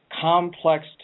complex